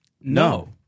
No